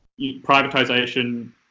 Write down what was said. privatization